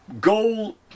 goal